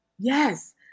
Yes